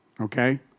Okay